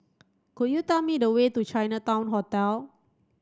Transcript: could you tell me the way to Chinatown Hotel